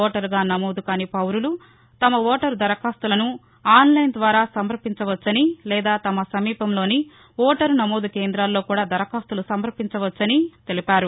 ఓటరుగా నమోదుకాని పౌరులు తమ ఓటరు దరఖాస్తులను ఆన్లైన్ ద్వారా సమర్పించవచ్చని లేదా తమ సమీపంలోని ఓటరు నమోదు కేందాల్లో కూడా దరఖాస్తులు సమర్పించవచ్చని తెలిపారు